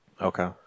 Okay